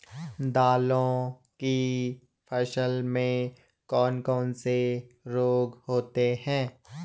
दालों की फसल में कौन कौन से रोग होते हैं?